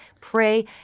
pray